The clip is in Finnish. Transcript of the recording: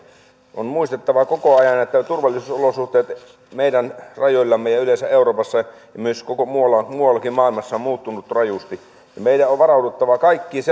on muistettava koko ajan että turvallisuusolosuhteet meidän rajoillamme ja yleensä euroopassa ja myös kaikkialla muuallakin maailmassa ovat muuttuneet rajusti meidän on varauduttava kaikkiin